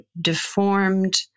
deformed